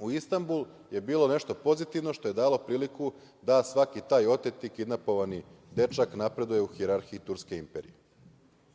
u Istanbul i bilo nešto pozitivno što je dalo priliku da svaki taj oteti i kidnapovani dečak napreduje u hijerarhiji Turske imperije.